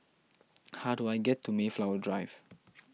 how do I get to Mayflower Drive